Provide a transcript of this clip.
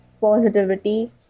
positivity